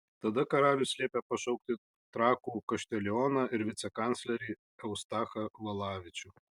tada karalius liepė pašaukti trakų kaštelioną ir vicekanclerį eustachą valavičių